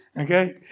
Okay